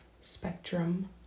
spectrum